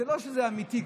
זה לא שזה אמיתי,